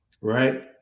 right